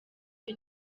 cyo